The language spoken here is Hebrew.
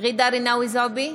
רינאוי זועבי,